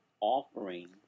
offering